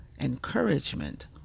encouragement